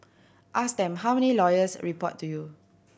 ask them how many lawyers report to you